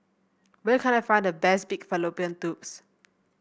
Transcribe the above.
where can I find the best Pig Fallopian Tubes